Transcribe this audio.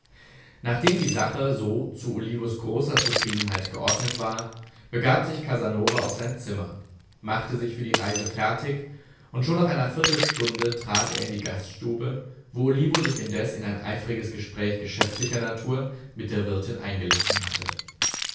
nachdem die sache so zu olivos großer zufriedenheit geordnet war begab sich casanova auf sein zimmer machte sich für die reise fertig und schon nach einer viertelstunde trat er in die gaststube wo olivo sich indes in ein eifriges gespräch geschäftlicher natur mit der wirtin eingelassen hatte